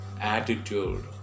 attitude